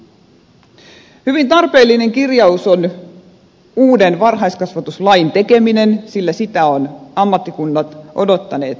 hyvin tarpeellinen kirjaus on uuden varhaiskasvatuslain tekeminen sillä sitä ovat ammattikunnat odottaneet jo pitkään